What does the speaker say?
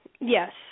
Yes